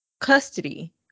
custody